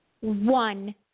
one